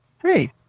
great